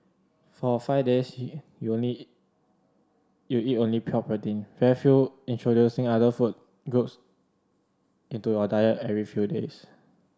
for five days you need you eat only pure protein introducing other food groups into your diet every few days